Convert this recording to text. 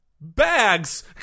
Bags